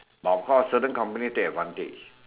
but of course certain company take advantage